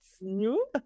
new